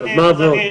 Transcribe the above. אז מה ה-ועוד?